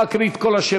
לא אקריא את כל השמות,